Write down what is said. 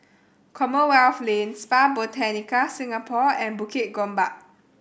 Commonwealth Lane Spa Botanica Singapore and Bukit Gombak